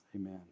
Amen